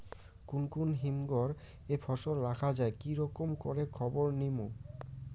কুন কুন হিমঘর এ ফসল রাখা যায় কি রকম করে খবর নিমু?